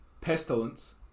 Pestilence